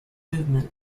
movement